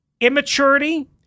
immaturity